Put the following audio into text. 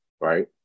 right